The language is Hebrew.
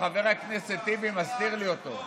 חבר הכנסת טיבי מסתיר לי אותו.